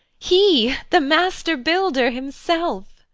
he the master builder himself!